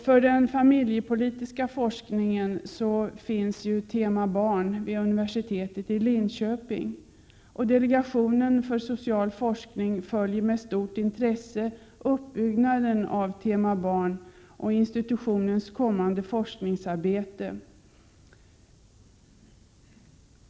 För den familjepolitiska forskningen finns ”tema Barn” vid universitetet i Linköping. Delegationen för social forskning följer med stort intresse uppbyggnaden av ”tema Barn” och institutionens kommande forskningsarbete.